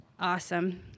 awesome